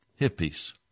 hippies